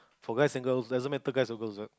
for guys and girls doesn't matter guys or girls what